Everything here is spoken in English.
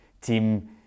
team